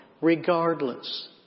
regardless